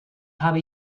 habe